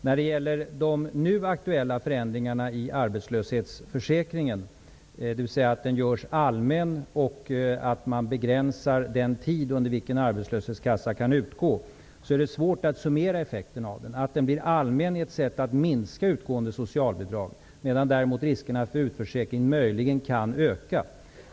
När det gäller de nu aktuella förändringarna i arbetslöshetsförsäkringen, dvs. att denna görs allmän och att den tid under vilken arbetslöshetskasseersättning kan utgå begränsas, är det svårt att summera effekterna. Att arbetslöshetsförsäkringen blir allmän är ett att minska utgående socialbidrag, medan däremot riskerna för utförsäkring möjligen kan öka.